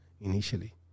Initially